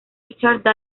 richard